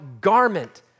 garment